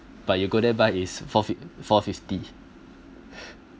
but you go there buy is four fift~ four fifty